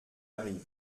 arrive